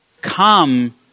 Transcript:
come